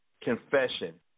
confession